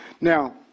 Now